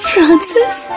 Francis